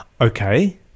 Okay